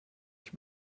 ich